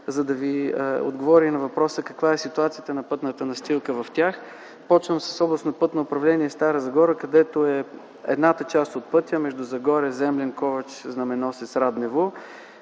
за да Ви отговоря на въпроса: каква е ситуацията на пътната настилка в тях. Започвам с Областно пътно управление - Стара Загора, където едната част от пътя – между Загоре, Землен, Ковач, Знаменосец, Раднево,